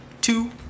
two